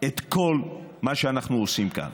את כל מה שאנחנו עושים כאן.